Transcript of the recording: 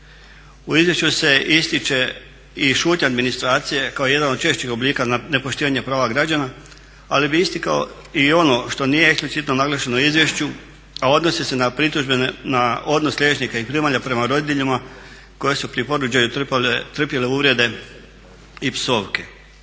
U izvješću se ističe i šutnja administracije kao jedan od češćih oblika nepoštivanja prava građana, ali bih istakao i ono što nije eksplicitno naglašeno u izvješću, a odnosi se na pritužbe na odnos liječnika i primalja prema rodiljama koje su pri porođaju trpjele uvrede i psovke.